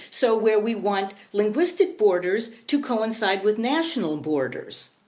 so where we want linguistic borders to coincide with national borders.